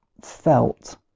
felt